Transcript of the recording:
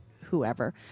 whoever